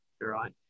right